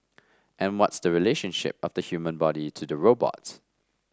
and what's the relationship of the human body to the robot